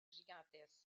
gigantesque